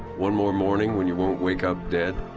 one more morning when you won't wake up dead,